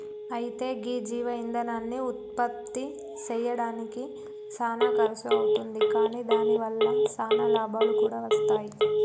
అయితే గీ జీవ ఇందనాన్ని ఉత్పప్తి సెయ్యడానికి సానా ఖర్సు అవుతుంది కాని దాని వల్ల సానా లాభాలు కూడా వస్తాయి